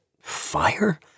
fire